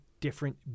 different